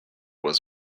was